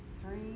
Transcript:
three